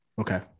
Okay